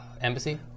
embassy